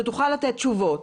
שתוכל לתת תשובות,